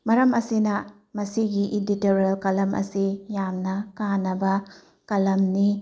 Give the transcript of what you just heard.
ꯃꯔꯝ ꯑꯁꯤꯅ ꯃꯁꯤꯒꯤ ꯏꯗꯤꯇꯣꯔꯤꯌꯦꯜ ꯀꯂꯝ ꯑꯁꯤ ꯌꯥꯝꯅ ꯀꯥꯟꯅꯕ ꯀꯂꯝꯅꯤ